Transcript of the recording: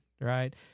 Right